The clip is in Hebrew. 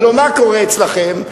הלוא מה קורה אצלכם?